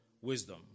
wisdom